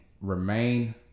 remain